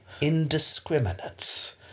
indiscriminate